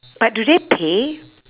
but do they pay